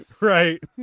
Right